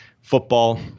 football